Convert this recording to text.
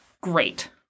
great